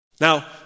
Now